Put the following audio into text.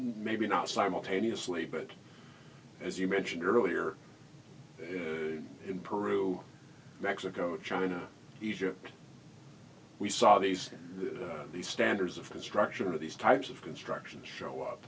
maybe not simultaneously but as you mentioned earlier in peru mexico china egypt we saw these the standards of construction of these types of constructions show up